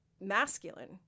masculine